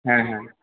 হ্যাঁ হ্যাঁ